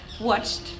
watched